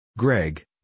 Greg